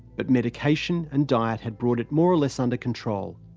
but medication and diet had brought it more-or-less under control.